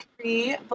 three